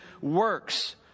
works